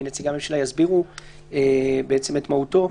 נציגי הממשלה יסבירו את מהותו.